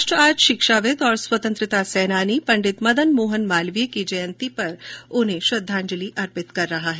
राष्ट्र आज शिक्षाविद और स्वतंता सेनानी पं मदन मोहन मालवीय की जयंती पर उन्हें भी श्रृदांजलि अर्पित कर रहा है